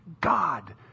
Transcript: God